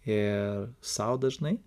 ir sau dažnai